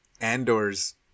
Andor's